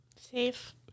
safe